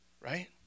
Right